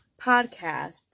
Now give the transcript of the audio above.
podcast